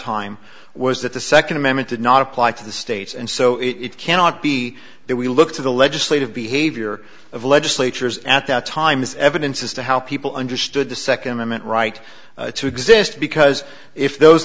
time was that the second amendment did not apply to the states and so it cannot be that we look to the legislative behavior of legislatures at that time as evidence as to how people understood the second amendment right to exist because if those